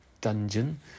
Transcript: dungeon